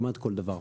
כמעט כל דבר.